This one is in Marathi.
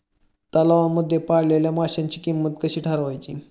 तलावांमध्ये पाळलेल्या माशांची किंमत कशी ठरवायची?